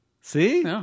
See